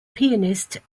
pianist